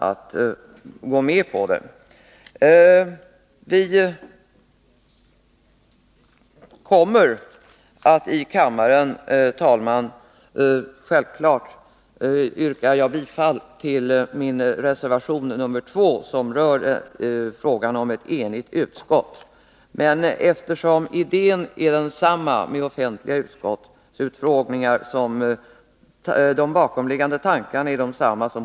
14 december 1982 Jag yrkar, herr talman, självfallet bifall till vår reservation nr 2 med förslag att offentliga utskottsutfrågningar skall användas i de fall då samtliga Vissa frågor röledamöter av utskottet är eniga härom.